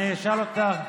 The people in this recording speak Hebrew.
אתם מבטלים, אני אשאל אותך: